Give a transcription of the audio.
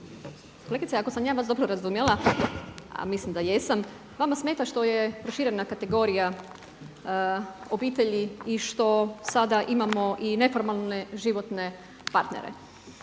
Kolegice ako sam ja vas dobro razumjela a mislim da jesam, vama smeta što je proširena kategorija obitelji i što sada imamo i neformalne životne partnere.